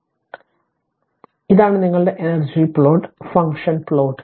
അതിനാൽ ഇതാണ് നിങ്ങളുടെ എനർജി പ്ലോട്ട് ഫംഗ്ഷൻ പ്ലോട്ട്